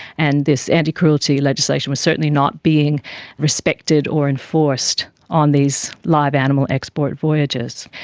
and this anti-cruelty legislation was certainly not being respected or enforced on these live animal export voyages.